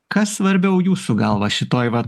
kas svarbiau jūsų galva šitoj va